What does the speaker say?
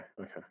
okay